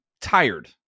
tired